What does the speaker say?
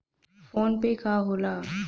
PhonePe का होला?